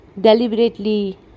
Deliberately